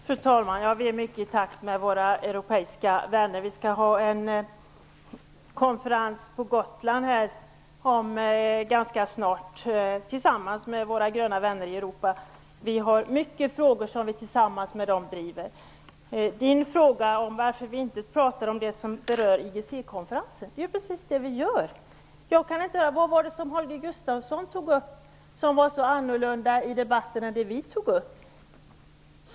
Fru talman! Vi är i takt med våra europeiska vänner. Vi skall snart ha en konferens på Gotland tillsammans med våra gröna vänner i Europa. Det finns många frågor som vi driver tillsammans med dem. Holger Gustafsson undrade varför vi inte pratar om det som berör IGC-konferensen. Det är ju precis det vi gör. Vad var det som Holger Gustafsson tog upp som var så annorlunda mot det vi tog upp i debatten?